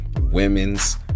women's